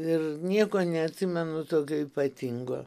ir nieko neatsimenu tokio ypatingo